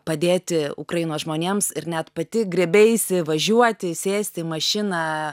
padėti ukrainos žmonėms ir net pati griebeisi važiuoti sėsti į mašiną